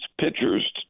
pitchers